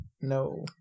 No